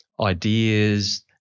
ideas